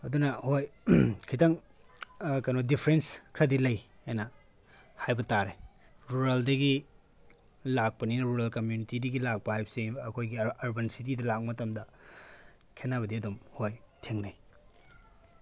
ꯑꯗꯨꯅ ꯍꯣꯏ ꯈꯤꯇꯪ ꯀꯩꯅꯣ ꯗꯤꯐ꯭ꯔꯦꯟꯖ ꯈꯔꯗꯤ ꯂꯩ ꯍꯥꯏꯅ ꯍꯥꯏꯕ ꯇꯥꯔꯦ ꯔꯨꯔꯦꯜꯗꯒꯤ ꯂꯥꯛꯄꯅꯤꯅ ꯔꯨꯔꯦꯜ ꯀꯝꯃ꯭ꯌꯨꯅꯤꯇꯤꯗꯒꯤ ꯂꯥꯛꯄ ꯍꯥꯏꯕꯁꯦ ꯑꯩꯈꯣꯏꯒꯤ ꯑꯔꯕꯥꯟ ꯁꯤꯇꯤꯗ ꯂꯥꯛ ꯃꯇꯝꯗ ꯈꯦꯠꯅꯕꯗꯤ ꯑꯗꯨꯝ ꯍꯣꯏ ꯊꯦꯡꯅꯩ